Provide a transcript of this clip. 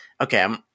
Okay